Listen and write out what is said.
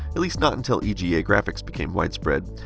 at least not until ega graphics became widespread.